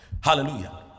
Hallelujah